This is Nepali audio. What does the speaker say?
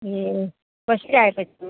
ए बसिरहेको छु